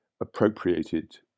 appropriated